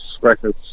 records